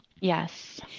Yes